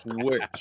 switch